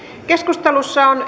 keskustelussa on